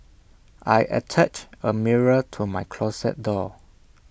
I attached A mirror to my closet door